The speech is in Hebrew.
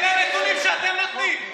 אלה הנתונים שאתם נותנים.